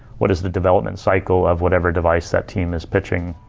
what is the development cycle of whatever device that team is pitching.